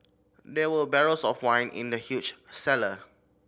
there were barrels of wine in the huge cellar